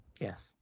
Yes